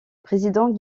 président